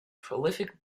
prolific